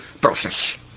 process